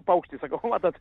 paukštis sakau matot